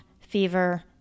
fever